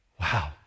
Wow